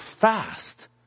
fast